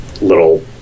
little